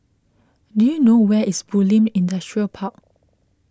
do you know where is Bulim Industrial Park